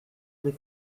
des